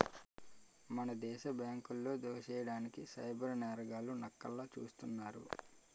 మన దేశ బ్యాంకులో దోసెయ్యడానికి సైబర్ నేరగాళ్లు నక్కల్లా సూస్తున్నారు